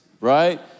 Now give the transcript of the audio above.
right